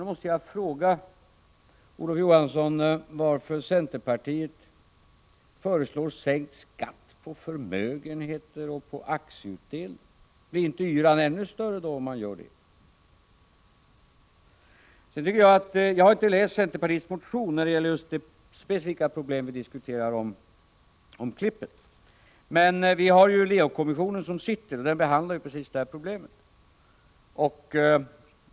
Jag måste fråga Olof Johansson varför centerpartiet föreslår sänkt skatt på förmögenheter och aktieutdelning. Blir inte yran då större om man gör så? Jag har inte läst centerns motion om det specifika problem vi nu diskuterar, om klippen. Men Leokommissionen behandlar just det här problemet.